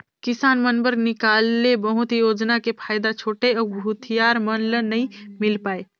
किसान मन बर निकाले बहुत योजना के फायदा छोटे अउ भूथियार मन ल नइ मिल पाये